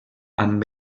amb